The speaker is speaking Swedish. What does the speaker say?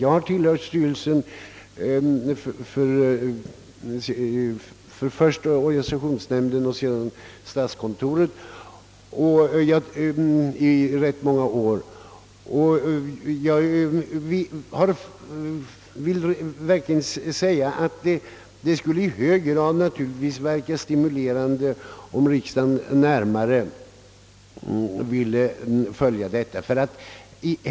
Jag har tillhört styrelsen för först organisationsnämnden och sedan statskontoret i rätt många år, och jag vill understryka att det skulle verka i hög grad stimulerande, om riksdagen närmare ville följa arbetet.